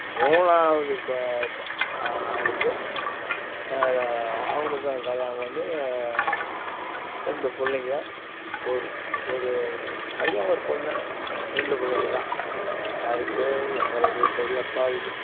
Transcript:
மூணாவது ஆளுக்கு அவனுக்கும் கல்யாணம் பண்ணி ரெண்டு பிள்ளைங்க ஒரு ஒரு பையன் ஒரு பொண்ணு ரெண்டு பிள்ளைங்க தான் யாருக்கு எங்களுடைய பெரியப்பாவுக்கு